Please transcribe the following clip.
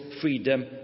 freedom